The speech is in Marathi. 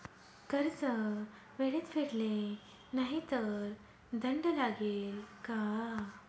कर्ज वेळेत फेडले नाही तर दंड लागेल का?